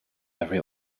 every